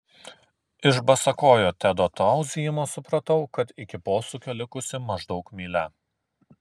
iš basakojo tedo tauzijimo supratau kad iki posūkio likusi maždaug mylia